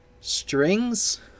strings